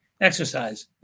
Exercise